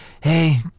hey